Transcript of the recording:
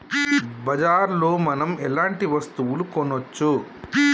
బజార్ లో మనం ఎలాంటి వస్తువులు కొనచ్చు?